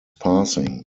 passing